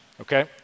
Okay